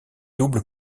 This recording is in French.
double